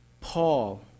Paul